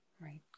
right